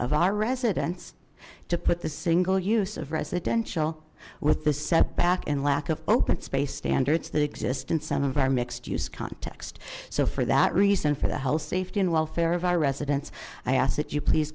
of our residents to put the single use of residential with this setback and lack of open space standards that exist in some of our mixed use context so for that reason for the health safety and welfare of our residents i ask that you pl